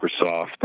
Microsoft